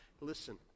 Listen